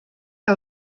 que